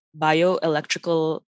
bioelectrical